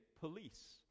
police